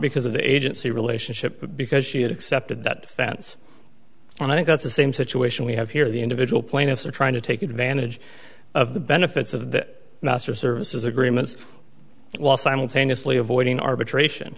because of the agency relationship because she had accepted that fans and i think that's the same situation we have here the individual plaintiffs are trying to take advantage of the benefits of the master services agreements while simultaneously avoiding arbitration